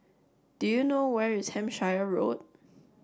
do you know where is Hampshire Road